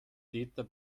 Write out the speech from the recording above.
täter